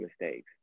mistakes